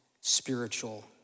spiritual